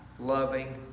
loving